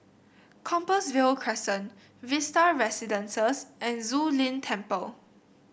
Compassvale Crescent Vista Residences and Zu Lin Temple